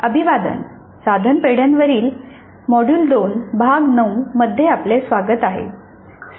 अभिवादन साधन पेढ्यांवरील मॉड्यूल 2 भाग 9 मध्ये आपले स्वागत आहे